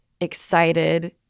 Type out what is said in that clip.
excited